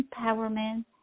empowerment